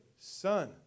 son